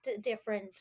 different